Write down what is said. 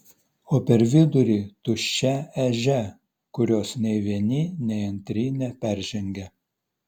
o per vidurį tuščia ežia kurios nei vieni nei antri neperžengia